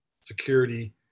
security